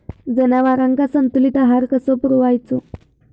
जनावरांका संतुलित आहार कसो पुरवायचो?